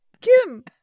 Kim